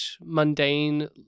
mundane